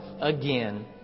again